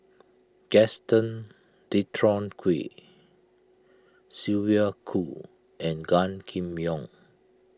Gaston Dutronquoy Sylvia Kho and Gan Kim Yong